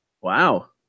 Wow